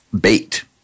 bait